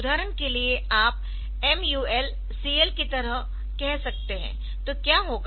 उदाहरण के लिए आप MUL CL की तरह कह सकते है